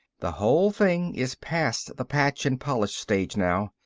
the whole thing is past the patch and polish stage now.